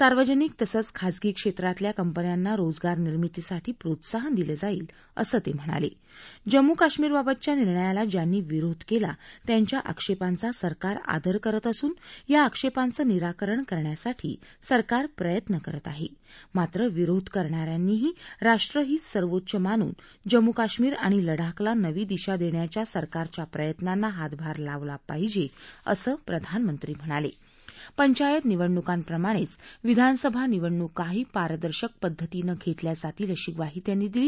सार्वजनिक तसंच खासगी क्षम्रोतल्या कंपन्यांना रोजगारनिर्मितीसाठी प्रोत्साहन दिलं जाईल असं तस्किणाला जम्मू कश्मीरवाबतच्या निर्णयाला ज्यांनी विरोध केला त्यांच्या आक्षप्रींचा सरकार आदर करत असून या आक्षप्रींचं निराकरण करण्यासाठी सरकार प्रयत्न करत आहा जात्र विरोध करणाऱ्यांनीही राष्ट्रहित सर्वोच्च मानून जम्मू कश्मीर आणि लडाखला नवी दिशा दष्खिाच्या सरकारच्या प्रयत्नांना हातभार लावला पाहिज असं प्रधानमंत्री म्हणाल डेंचायत निवडणुकांप्रमाणद्विधानसभा निवडणुकाही पारदर्शक पद्धतीनं घरल्या जातील अशी ग्वाही त्यांनी दिली